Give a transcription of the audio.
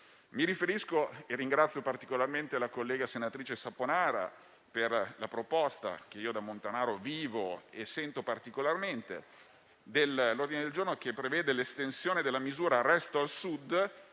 Mi riferisco - e ringrazio particolarmente la collega, senatrice Saponara, per la proposta che io da montanaro vivo e sento particolarmente - all'ordine del giorno che prevede l'estensione della misura Resto al Sud,